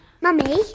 Mummy